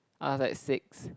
I was like six